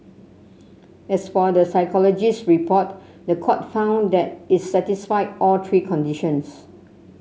as for the psychologist's report the court found that it satisfied all three conditions